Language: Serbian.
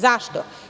Zašto?